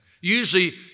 usually